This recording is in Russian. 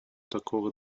такого